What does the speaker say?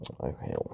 okay